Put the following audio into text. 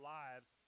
lives